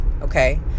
okay